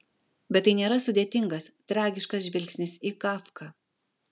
bet tai nėra sudėtingas tragiškas žvilgsnis į kafką